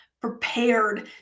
prepared